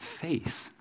face